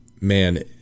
man